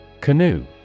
Canoe